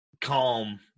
calm